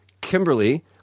Kimberly